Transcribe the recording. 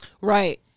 Right